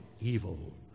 evil